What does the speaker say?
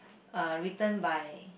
uh written by